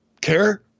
care